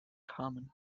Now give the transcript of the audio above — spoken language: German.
kamen